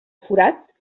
forat